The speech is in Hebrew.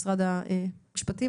משרד המשפטים,